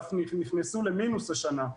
אף נכנסו למינוס השנה.